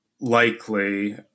likely